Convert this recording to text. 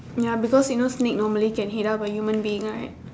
ya because you know snake normally can eat up a human being right